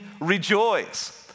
rejoice